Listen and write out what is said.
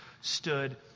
stood